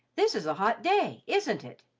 this is a hot day, isn't it?